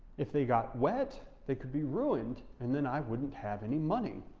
if they got wet, they could be ruined, and then i wouldn't have any money.